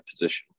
position